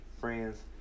friends